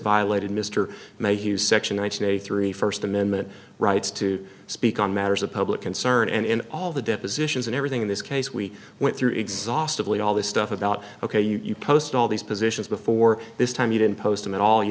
violated mr mayhew section one thousand and three first amendment rights to speak on matters of public concern and in all the depositions and everything in this case we went through exhaustively all this stuff about ok you post all these positions before this time you didn't post them at all you